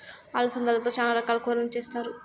అలసందలతో చానా రకాల కూరలను చేస్తారు